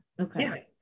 Okay